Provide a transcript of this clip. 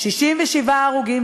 67 הרוגים,